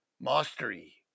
Mastery